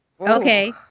okay